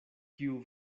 kiu